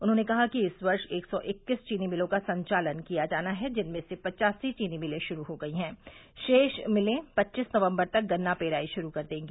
उन्होंने कहा कि इस वर्ष एक सौ इक्कीस चीनी मिलों का संचालन किया जाना है जिनमें से पच्चासी चीनी मिले शुरू हो गई हैं रोष मिलें पच्चीस नवम्बर तक गन्ना पेराई शुरू कर देंगी